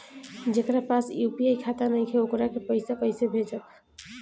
जेकरा पास यू.पी.आई खाता नाईखे वोकरा के पईसा कईसे भेजब?